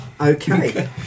Okay